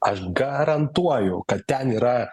aš garantuoju kad ten yra